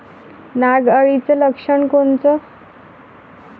नाग अळीचं लक्षण कोनचं?